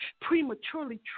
prematurely